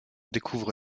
découvre